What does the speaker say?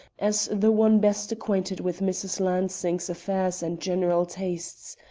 as the one best acquainted with mrs. lansing's affairs and general tastes.